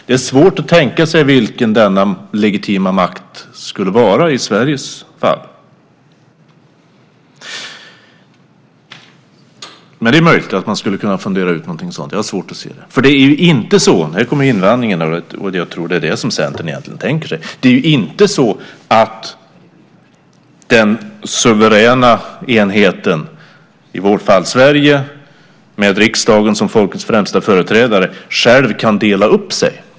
Det är svårt att tänka sig vilken denna legitima makt skulle vara i Sveriges fall. Men det är möjligt att man skulle kunna fundera ut något sådant. Jag har svårt att se det. För det är ju inte så - här kommer invändningen och jag tror att det är det Centern egentligen tänker sig - att den suveräna enheten, i vårt fall Sverige med riksdagen som folkets främsta företrädare, själv kan dela upp sig.